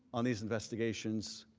on these investigations,